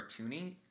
cartoony